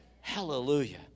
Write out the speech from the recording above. Hallelujah